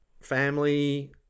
family